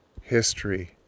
history